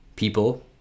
People